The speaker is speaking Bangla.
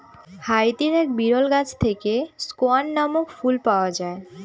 হাইতির এক বিরল গাছ থেকে স্কোয়ান নামক ফুল পাওয়া যায়